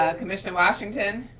ah commissioner washington?